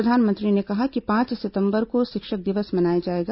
प्रधानमंत्री ने कहा कि पांच सितंबर को शिक्षक दिवस मनाया जाएगा